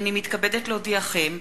הנני מתכבדת להודיעכם,